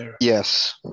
Yes